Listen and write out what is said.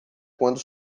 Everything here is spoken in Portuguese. quando